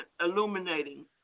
illuminating